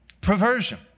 perversion